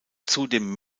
zudem